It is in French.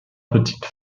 petites